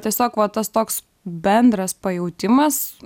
tiesiog va tas toks bendras pajautimas